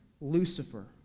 Lucifer